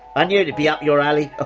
ah knew it'd be up your alley!